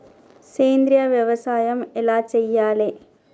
సేంద్రీయ వ్యవసాయం ఎలా చెయ్యాలే?